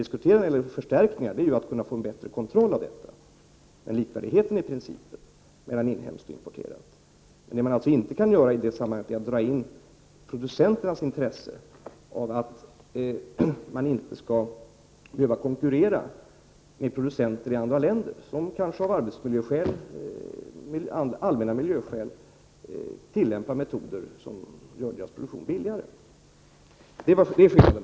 Diskussionen därvidlag gäller att få bättre kontroll, men principen är alltså likvärdighet. I det här sammanhanget kan man inte beakta producenternas intresse av att inte behöva konkurrera med producenter i andra länder, som kanske av arbetsmiljöskäl eller allmänna miljöskäl tillämpar metoder som gör deras produktion billigare.